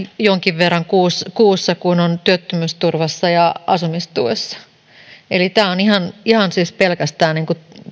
jonkin verran kuussa kuussa kuin on työttömyysturvassa ja asumistuessa tämä on ihan ihan siis pelkästään